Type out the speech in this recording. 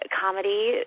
comedy